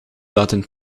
laten